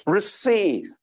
receive